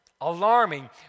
alarming